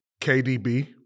KDB